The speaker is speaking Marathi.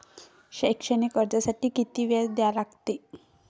शैक्षणिक कर्जासाठी किती व्याज द्या लागते?